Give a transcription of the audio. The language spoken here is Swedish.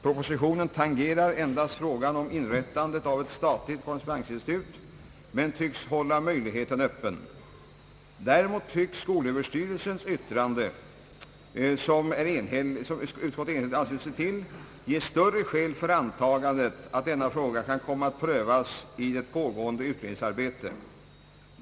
Propositionen tangerar endast frågan om inrättandet av ett statligt korrespondensinstitut men tycks hålla möjligheten öppen. Däremot tycks skolöverstyrelsens yttrande, som utskottet enhälligt anslutit sig till, ge större skäl för antagandet att denna fråga kan komma att prövas i det pågående utredningsarbetet.